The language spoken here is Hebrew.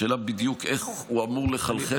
השאלה היא איך בדיוק הוא אמור לחלחל בסוף.